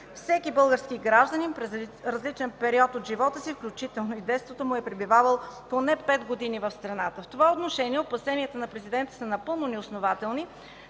Всеки български гражданин през различен период от живота си, включително и в детството, е пребивавал поне 5 години в страната. В това отношение опасенията на Президента са напълно неоснователни